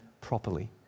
properly